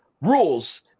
rules